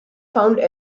found